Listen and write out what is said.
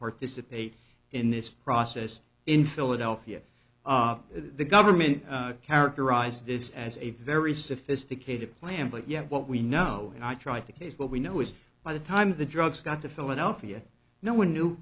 participate in this process in philadelphia the government characterized this as a very sophisticated plan but yet what we know and i try to case what we know is by the time the drugs got to philadelphia no one knew